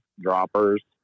droppers